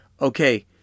Okay